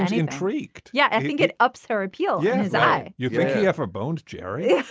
and and freak. yeah i think it ups her appeal yeah his eye. you think he ever boned jerry.